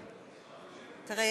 תראה,